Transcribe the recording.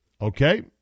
Okay